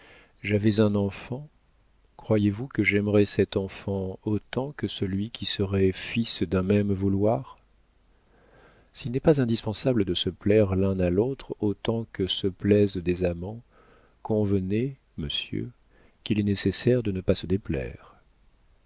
un enfant croyez-vous que j'aimerais cet enfant autant que celui qui serait fils d'un même vouloir s'il n'est pas indispensable de se plaire l'un à l'autre autant que se plaisent des amants convenez monsieur qu'il est nécessaire de ne pas se déplaire